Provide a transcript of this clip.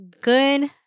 good